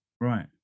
Right